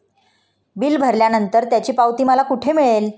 Bill भरल्यानंतर त्याची पावती मला कुठे मिळेल?